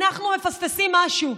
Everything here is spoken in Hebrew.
אנחנו מפספסים משהו.